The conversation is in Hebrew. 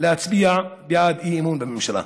להצביע בעד אי-אמון בממשלה.